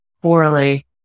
poorly